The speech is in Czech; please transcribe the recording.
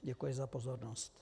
Děkuji za pozornost.